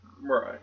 Right